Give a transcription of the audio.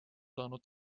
saanud